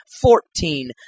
Fourteen